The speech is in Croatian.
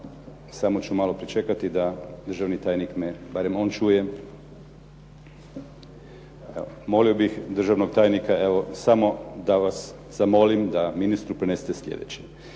Samo ću malo pričekati da državni tajnik me, barem on čuje. Molio bih državnog tajnika, evo samo da vas zamolim da ministru prenesete sljedeće.